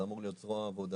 זה אמור להיות זרוע העבודה,